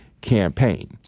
campaign